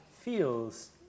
feels